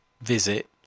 visit